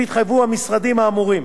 לכלול בתקנות האמורות,